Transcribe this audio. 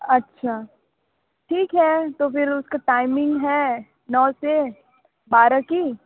अच्छा ठीक है तो फिर उसका टाइमिंग है नौ से बारह की